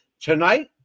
Tonight